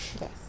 Yes